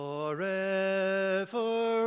Forever